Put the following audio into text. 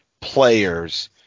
players